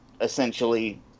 essentially